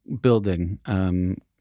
building